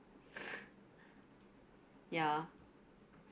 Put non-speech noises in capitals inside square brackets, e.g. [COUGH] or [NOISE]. [NOISE] ya